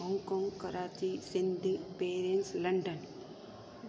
Hong Kong Karachi Sindhi Paris London